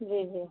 जी जी